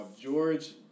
George